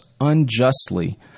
unjustly